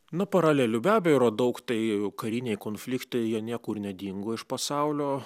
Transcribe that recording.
na paralelių be abejo yra daug tai kariniai konfliktai jie niekur nedingo iš pasaulio